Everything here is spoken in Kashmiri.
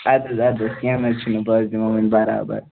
اَدٕ حظ اَدٕ حظ کیٚنٛہہ نہَ حظ چھُنہٕ بہٕ حظ دِمہو وۅنۍ بَرابر